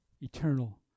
eternal